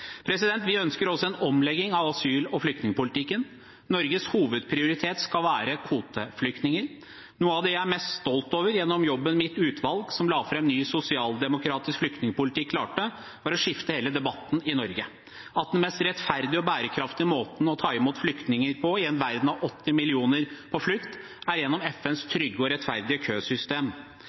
Vi ønsker også en omlegging av asyl- og flyktningpolitikken. Norges hovedprioritet skal være kvoteflyktninger. Noe av det jeg er mest stolt over med mitt utvalg som la fram en ny sosialdemokratisk flyktningpolitikk, var at det klarte å skifte hele debatten i Norge: at den mest rettferdige og bærekraftige måten å ta imot flyktninger på i en verden med 80 millioner på flukt er gjennom FNs trygge og rettferdige køsystem.